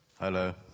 Hello